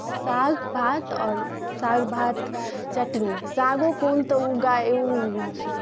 साग भात आओर साग भात चटनी सागो कोन तऽ ओ गाय